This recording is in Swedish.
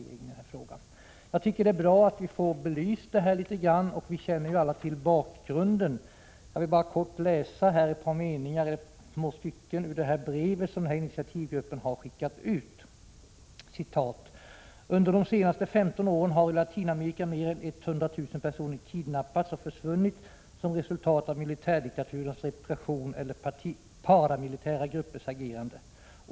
Jag tycker att det är bra att vi får den här frågan litet grand belyst. Vi känner alla till bakgrunden till den. Jag vill läsa upp några stycken ur det brev som initiativgruppen har skickat ut: ”Under de senaste 15 åren har i Latinamerika mer än 100 000 personer kidnappats och försvunnit som resultat av militärdiktaturernas repression eller paramilitära gruppers agerande.